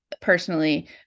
personally